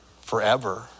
forever